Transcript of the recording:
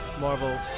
Marvel